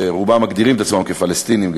שרובם מגדירים את עצמם פלסטינים,